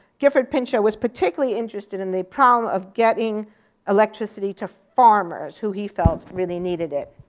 gifford pinchot was particularly interested in the problem of getting electricity to farmers who he felt really needed it.